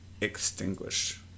extinguish